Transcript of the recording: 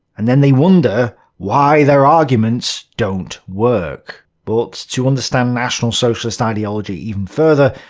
and then they wonder why their arguments don't work. but, to understand national socialist ideology even further,